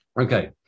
Okay